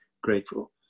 grateful